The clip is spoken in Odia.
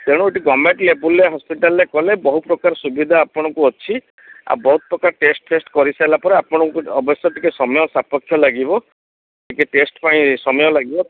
ତେଣୁ ଏଇଠି ଗଭର୍ଣ୍ଣମେଣ୍ଟ୍ ଲେବୁଲ୍ରେ ହସ୍ପିଟାଲ୍ରେ କଲେ ବହୁତ ପ୍ରକାର ସୁବିଧା ଆପଣଙ୍କୁ ଅଛି ଆଉ ବହୁତ ପ୍ରକାର ଟେଷ୍ଟ୍ ଫେଷ୍ଟ୍ କରି ସାରିଲା ପରେ ଆପଣଙ୍କୁ ଅବଶ୍ୟ ଟିକିଏ ସମୟ ସାପକ୍ଷ ଲାଗିବ ଟିକିଏ ଟେଷ୍ଟ୍ ପାଇଁ ସମୟ ଲାଗିବ